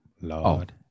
Lord